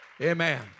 Amen